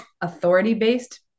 authority-based